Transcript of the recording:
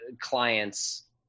clients